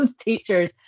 teachers